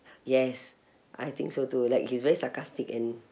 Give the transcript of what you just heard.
yes I think so too like he's very sarcastic and